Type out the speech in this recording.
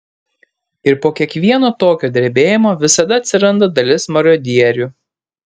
ir po kiekvieno tokio drebėjimo visada atsiranda dalis marodierių